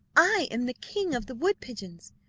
i am the king of the wood-pigeons,